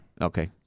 Okay